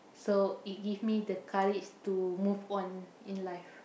so it give me the courage to move on in life